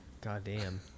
Goddamn